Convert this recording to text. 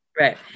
Right